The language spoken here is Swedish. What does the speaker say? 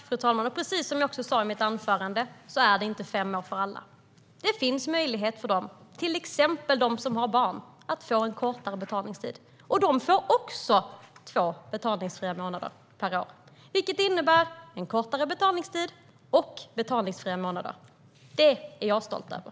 Fru talman! Precis som jag också sa i mitt anförande är det inte fem år för alla. Det finns möjlighet, till exempel för dem som har barn, att få en kortare betalningstid. De får också två betalningsfria månader per år, vilket innebär en kortare betalningstid och betalningsfria månader, och det är jag stolt över.